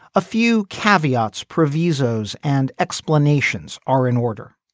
a few caveats provisos and explanations are in order.